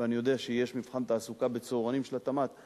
ואני יודע שיש מבחן תעסוקה בצהרונים של התמ"ת,